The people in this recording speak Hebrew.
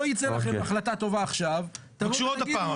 לא ייצא לכם החלטה טובה עכשיו תבואו ותגידו,